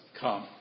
come